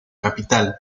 capital